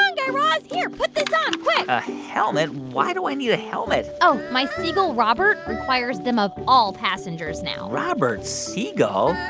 um guy raz. here. put this on quick a helmet? why do i need a helmet? oh, my seagull robert requires them of all passengers now robert seagull?